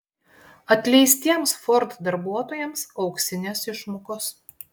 atleistiems ford darbuotojams auksinės išmokos